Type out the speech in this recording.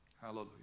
Hallelujah